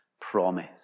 promise